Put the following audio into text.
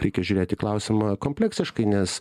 reikia žiūrėti klausimą kompleksiškai nes